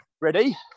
Ready